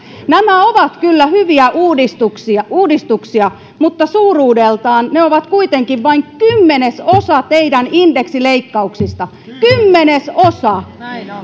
nämä ovat kyllä hyviä uudistuksia uudistuksia mutta suuruudeltaan ne ovat kuitenkin vain kymmenesosa teidän indeksileikkauksistanne kymmenesosa